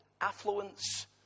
Affluence